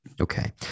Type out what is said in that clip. Okay